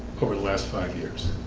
over the last five years